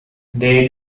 they